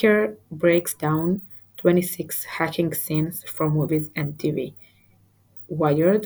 Hacker Breaks Down 26 Hacking Scenes From Movies & TV | WIRED,